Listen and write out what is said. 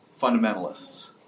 fundamentalists